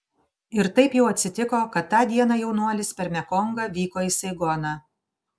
ir taip jau atsitiko kad tą dieną jaunuolis per mekongą vyko į saigoną